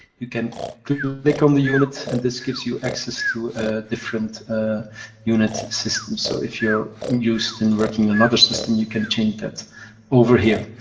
you can click on the unit, and this gives you access to a different unit system. so, if you're used in working in another system, you can change that over here.